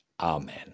Amen